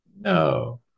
No